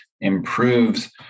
improves